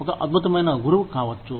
మీరు ఒక అద్భుతమైన గురువు కావచ్చు